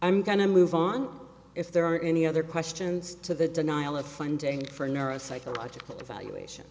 i'm going to move on if there are any other questions to the denial of funding for neuropsychological evaluation